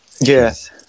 Yes